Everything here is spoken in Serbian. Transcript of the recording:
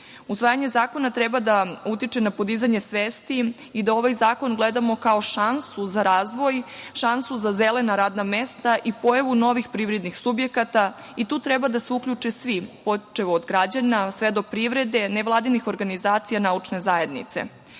zakona treba da utiče na podizanje svesti i da ovaj zakon gledamo kao šansu za razvoj, šansu za zelena radna mesta i pojavu novih privrednih subjekata. Tu treba da se uključe svi, počev od građana sve do privrede, nevladinih organizacija, naučne zajednice. Ovaj